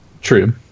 True